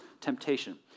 temptation